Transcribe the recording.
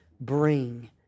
bring